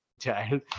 child